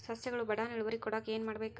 ಸಸ್ಯಗಳು ಬಡಾನ್ ಇಳುವರಿ ಕೊಡಾಕ್ ಏನು ಮಾಡ್ಬೇಕ್?